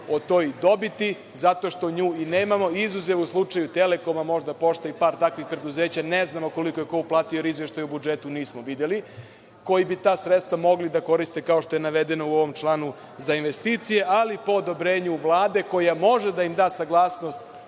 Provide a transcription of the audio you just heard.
o toj dobiti, zato što nju i nemamo, izuzev u slučaju „Telekoma“, možda Pošte i par nekih preduzeća, ne znamo koliko je ko uplatio jer izveštaj u budžetu nismo videli, koji bi ta sredstva mogli da koriste kao što je navedeno u ovom članu, za investicije, ali po odobrenju Vlade, koja može da im da saglasnost